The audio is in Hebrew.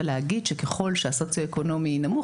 אבל להגיד שככול שהסוציואקונומי נמוך,